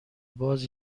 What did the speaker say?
باز